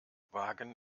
wagen